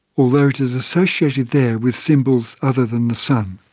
although it is associated there with symbols other than the sun.